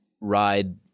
ride